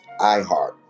iHeart